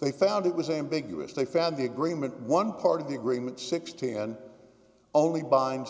they found it was a big us they found the agreement one part of the agreement sixteen and only binds